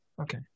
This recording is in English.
Okay